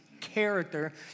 character